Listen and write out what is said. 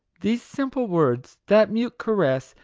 these simple words, that mute caress,